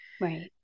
right